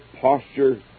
posture